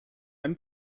ein